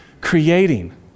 creating